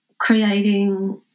Creating